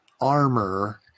armor